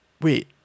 wait